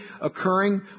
occurring